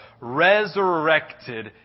resurrected